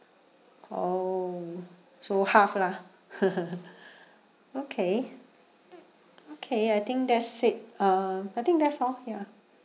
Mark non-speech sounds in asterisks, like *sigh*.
oh so half lah *laughs* okay okay I think that's it uh I think that's all ya